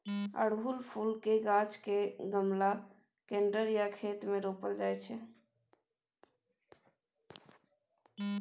अड़हुल फुलक गाछ केँ गमला, कंटेनर या खेत मे रोपल जा सकै छै